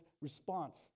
response